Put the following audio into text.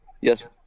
Yes